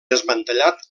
desmantellat